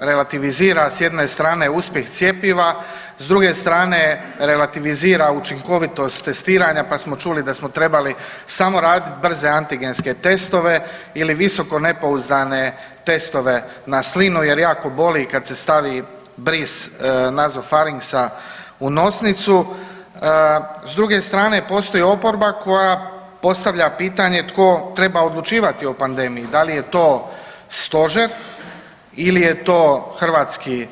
relativizira s jedne strane, uspjeh cjepiva, s druge strane, relativizira učinkovitost testiranja pa smo čuli da smo trebali samo raditi brze antigenske testove ili visokonepouzdane testove na slinu jer jako boli kad se stavi bris nazofarinksa u nosnicu, s druge strane, postoji oporba koja postavlja pitanje tko treba odlučivati o pandemiji, da li je to Stožer ili je to HS.